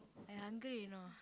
I hungry you know